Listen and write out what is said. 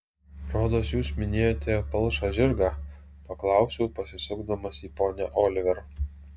rodos jūs minėjote palšą žirgą paklausiau pasisukdamas į ponią oliver